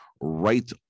right